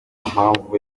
mpamvu